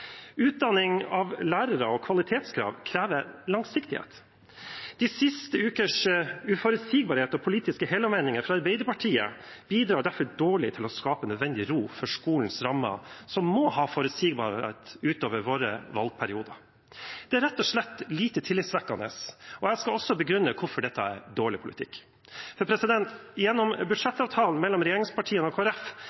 Utdanning av lærere og kvalitetskrav krever langsiktighet. De siste ukers uforutsigbarhet og politiske helomvendinger fra Arbeiderpartiet bidrar derfor på en dårlig måte til å skape nødvendig ro for skolen – og skolens rammer – som må ha forutsigbarhet ut over våre valgperioder. Det er rett og slett lite tillitvekkende, og jeg skal også begrunne hvorfor dette er dårlig politikk. Gjennom